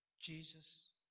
Jesus